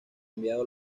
enviado